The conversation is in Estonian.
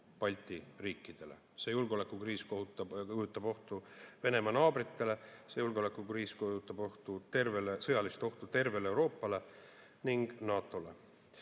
Balti riikidele, see julgeolekukriis kujutab ohtu Venemaa naabritele, see julgeolekukriis kujutab sõjalist ohtu tervele Euroopale ning NATO‑le.